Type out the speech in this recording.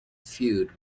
feud